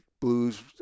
blues